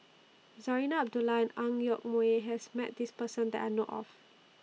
Zarinah Abdullah Ang Yoke Mooi has Met This Person that I know of